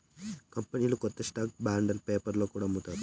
కంపెనీలు కొత్త stock bond పేపర్లో కూడా అమ్ముతారు